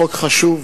חוק חשוב,